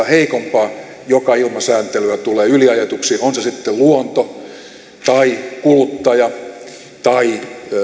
heikompaa joka ilman sääntelyä tulee yliajetuksi on se sitten luonto tai kuluttaja tai